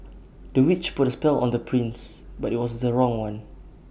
the witch put A spell on the prince but IT was the wrong one